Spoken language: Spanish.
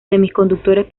semiconductores